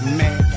man